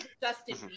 Justin